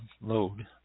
load